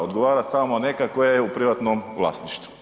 Odgovara samo neka koja je u privatnom vlasništvu.